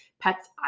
Pets